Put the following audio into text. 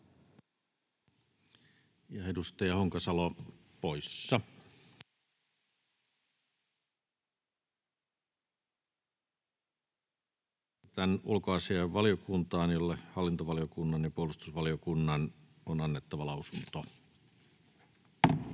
ehdottaa, että asia lähetetään ulkoasiainvaliokuntaan, jolle hallintovaliokunnan ja puolustusvaliokunnan on annettava lausunto.